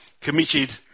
committed